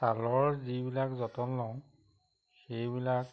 চালৰ যিবিলাক যতন লওঁ সেইবিলাক